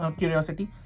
curiosity